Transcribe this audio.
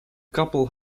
couple